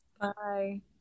Bye